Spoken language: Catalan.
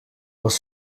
els